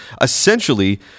essentially